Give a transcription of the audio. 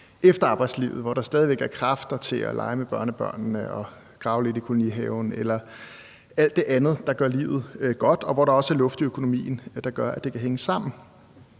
efter arbejdslivet, hvor der stadig væk er kræfter til at lege med børnebørnene, grave lidt i kolonihaven eller alt det andet, der gør livet godt, og hvor der også er luft i økonomien, så det kan hænge sammen.